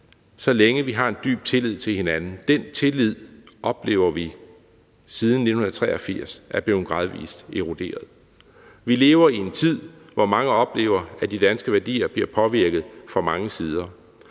så længe vi har en dyb tillid til hinanden. Den tillid har vi siden 1983 oplevet er blevet gradvis eroderet. Vi lever i en tid, hvor mange oplever, at de danske værdier bliver påvirket fra mange sider